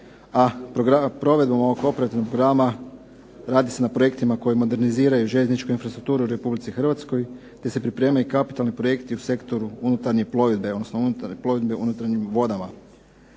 a provedbom ovog operativnog programa radi se na projektima koji moderniziraju željezničku infrastrukturu u Republici Hrvatskoj, te se pripremaju i kapitalni projekti u sektoru unutarnje plovidbe, odnosno plovidbe unutarnjim vodama.